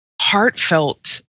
heartfelt